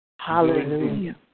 Hallelujah